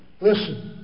listen